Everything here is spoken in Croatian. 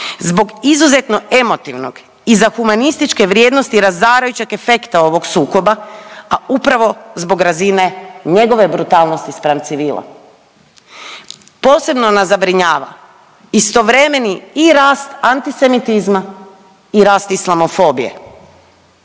zbog izuzetno emotivnog i za humanističke vrijednosti razarajućeg efekta ovog sukoba, a upravo zbog razine njegove brutalnosti spram civila. Posebno nas zabrinjava istovremeni i rast antisemitizma i rast islamofobije.